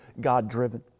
God-driven